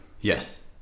Yes